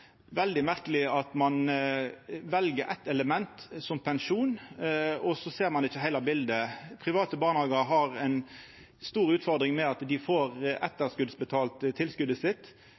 veldig merkeleg at ein vel eitt element, som pensjon, og så ser ein ikkje heile bildet. Private barnehagar har ei stor utfordring med at dei får etterskotsbetalt tilskotet sitt.